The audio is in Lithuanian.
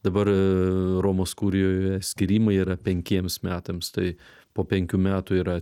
dabar romos kurijoje skyrimai yra penkiems metams tai po penkių metų yra